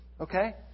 Okay